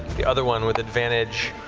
the other one with advantage.